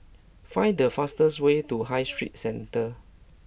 find the fastest way to High Street Centre